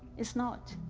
it's not.